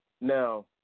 Now